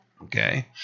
Okay